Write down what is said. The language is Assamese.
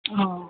অঁ